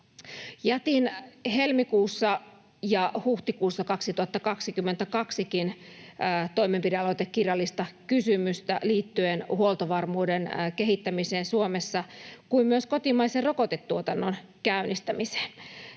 Jätin helmikuussa ja huhtikuussa 2020 toimenpidealoitteen ja kirjallisen kysymyksen liittyen huoltovarmuuden kehittämiseen Suomessa kuin myös kotimaisen rokotetuotannon käynnistämiseen.